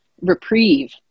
reprieve